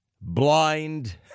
blind